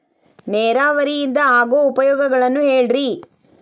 ನೇರಾವರಿಯಿಂದ ಆಗೋ ಉಪಯೋಗಗಳನ್ನು ಹೇಳ್ರಿ